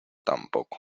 tampoco